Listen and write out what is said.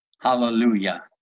Hallelujah